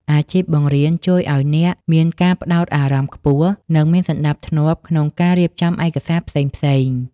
អាជីពបង្រៀនជួយឱ្យអ្នកមានការផ្ដោតអារម្មណ៍ខ្ពស់ និងមានសណ្ដាប់ធ្នាប់ក្នុងការរៀបចំឯកសារផ្សេងៗ។